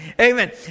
amen